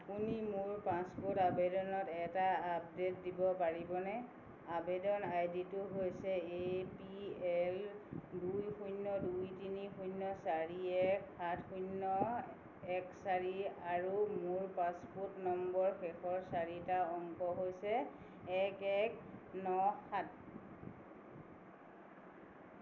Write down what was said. আপুনি মোৰ পাছপোৰ্ট আবেদনত এটা আপডেট দিব পাৰিবনে আৱেদন আইডিটো হৈছে এ পি এল দুই শূন্য দুই তিনি শূন্য চাৰি এক সাত শূন্য এক চাৰি আৰু মোৰ পাছপোৰ্ট নম্বৰ শেষৰ চাৰিটা অংক হৈছে এক এক ন সাত